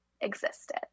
existed